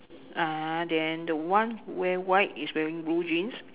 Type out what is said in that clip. uh then the one who wear white is wearing blue jeans